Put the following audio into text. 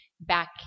back